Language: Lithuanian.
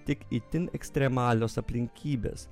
tik itin ekstremalios aplinkybės